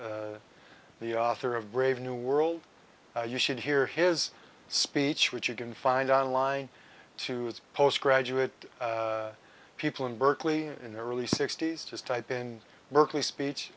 huxley the author of brave new world you should hear his speech which you can find on line to post graduate people in berkeley in the early sixty's just type in berkeley speech